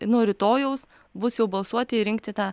nuo rytojaus bus jau balsuoti ir rinkti tą